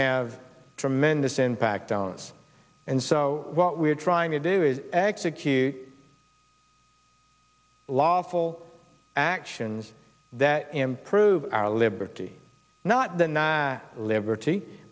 have tremendous impact on us and so what we're trying to do is execute lawful actions that improve our liberty not deny liberty